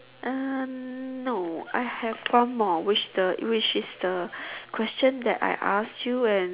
uh no I have one more which the which is the question that I ask you and